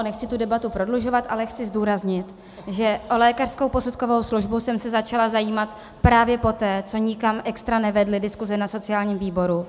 Nechci tu debatu prodlužovat, ale chci zdůraznit, že o lékařskou posudkovou službu jsem se začala zajímat právě poté, co nikam extra nevedly diskuse na sociálním výboru.